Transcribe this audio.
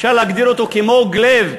אפשר להגדיר אותו כמוג לב,